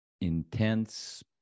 intense